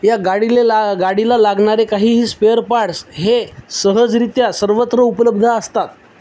या गाडीला ला गाडीला लागणारे काहीही स्पेअर पार्ट्स हे सहजरित्या सर्वत्र उपलब्ध असतात